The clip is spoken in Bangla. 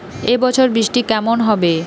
এবছর বৃষ্টি কেমন হবে?